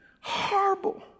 Horrible